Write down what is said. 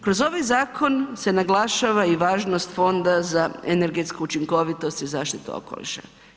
Kroz ovaj zakon se naglašava i važnost Fonda za energetsku učinkovitost i zaštitu okoliša.